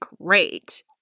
great